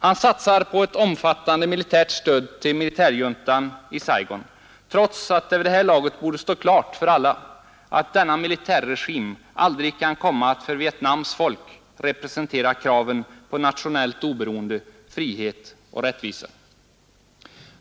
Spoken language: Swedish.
Han satsar på ett omfattande militärt stöd till militärjuntan i Saigon — trots att det vid det här laget borde stå klart för alla att denna militärregim aldrig kan komma att för Vietnams folk representera kraven på nationellt oberoende, frihet och rättvisa.